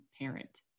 parent